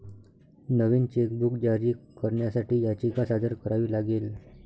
नवीन chequebook जारी करण्यासाठी याचिका सादर करावी लागेल